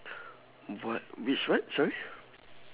what which what sorry